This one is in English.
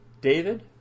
David